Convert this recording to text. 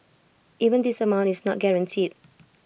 even this amount is not guaranteed